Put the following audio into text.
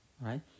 right